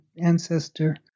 ancestor